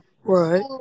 Right